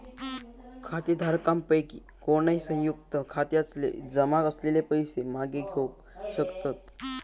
खातेधारकांपैकी कोणय, संयुक्त खात्यातले जमा असलेले पैशे मागे घेवक शकतत